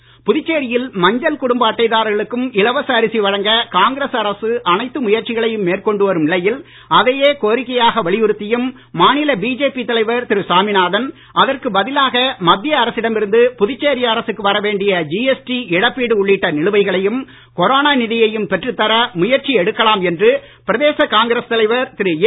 AVS புதுச்சேரியில் மஞ்சள் குடும்ப அட்டைதாரர்களுக்கும் இலவச அரிசி வழங்க காங்கிரஸ் அரசு அனைத்து முயற்சிகளையும் மேற்கொண்டு வரும் நிலையில் அதையே கோரிக்கையாக வலியுறுத்தும் மாநில பிஜேபி தலைவர் திரு சாமிநாதன் அதற்கு பதிலாக மத்திய அரசிடம் இருந்து புதுச்சேரி அரசுக்கு வரவேண்டிய ஜிஎஸ்டி இழப்பீடு உள்ளிட்ட நிலுவைகளையும் கொரோனா நிதியையும் பெற்றுத் தா முயற்சி எடுக்கலாம் என்று பிரதேச காங்கிரஸ் கட்சி தலைவர் திரு ஏவி சுப்பிரமணியன் கூறி உள்ளார்